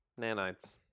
Nanites